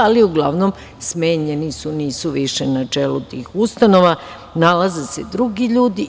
Ali, uglavnom, smenjeni su, nisu više na čelu tih ustanova, nalaze se drugi ljudi.